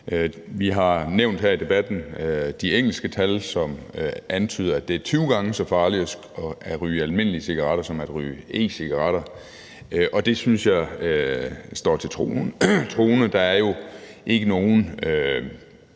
Vi har her i debatten nævnt de engelske tal, som antyder, at det er 20 gange så farligt at ryge almindelige cigaretter som at ryge e-cigaretter, og det synes jeg må stå til troende. Der er jo ikke nogen